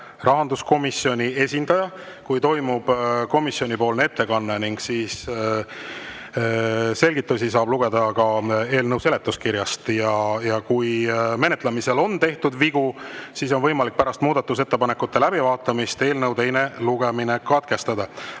rahanduskomisjoni esindaja, kui toimub komisjonipoolne ettekanne. Selgitusi saab lugeda ka eelnõu seletuskirjast. Ja kui menetlemisel on tehtud vigu, siis on võimalik pärast muudatusettepanekute läbivaatamist eelnõu teine lugemine katkestada.